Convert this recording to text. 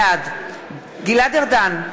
בעד גלעד ארדן,